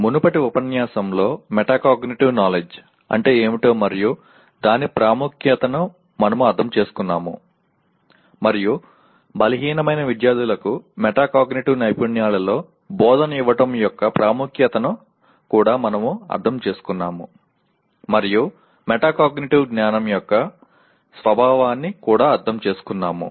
మునుపటి ఉపన్యాసం లో మెటాకాగ్నిటివ్ నాలెడ్జ్ అంటే ఏమిటో మరియు దాని ప్రాముఖ్యతను మనము అర్థం చేసుకున్నాము మరియు బలహీనమైన విద్యార్థులకు మెటాకాగ్నిటివ్ నైపుణ్యాలలో బోధన ఇవ్వడం యొక్క ప్రాముఖ్యతను కూడా మనము అర్థం చేసుకున్నాము మరియు మెటాకాగ్నిటివ్ జ్ఞానం యొక్క స్వభావాన్ని కూడా అర్థం చేసుకున్నాము